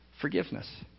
Forgiveness